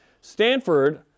Stanford